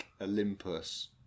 Olympus